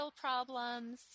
problems